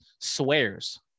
swears